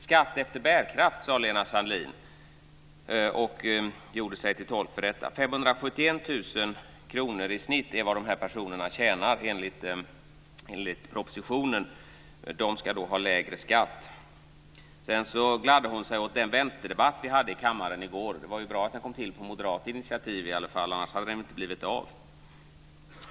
Skatt efter bärkraft, sade Lena Sandlin-Hedman, och gjorde sig till tolk för detta. 571 000 kr i snitt är vad de här personerna tjänar, enligt propositionen, och de ska då ha lägre skatt. Hon gladde sig åt den vänsterdebatt vi hade i kammaren i går. Det var ju bra att den kom till på moderat initiativ, för annars hade den inte blivit av.